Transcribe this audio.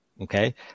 Okay